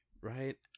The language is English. right